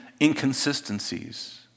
inconsistencies